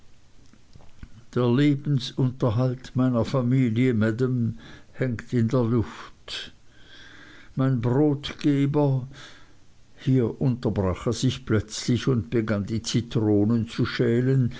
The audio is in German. der lebensunterhalt meiner familie maam hängt in der luft mein brotgeber hier unterbrach er sich plötzlich und begann die zitronen zu schälen